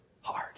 hard